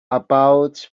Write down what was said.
about